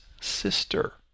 sister